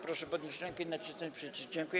proszę podnieść rękę i nacisnąć przycisk.